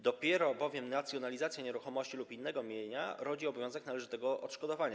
Dopiero bowiem nacjonalizacja nieruchomości lub innego mienia rodzi obowiązek należytego odszkodowania.